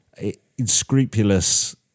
inscrupulous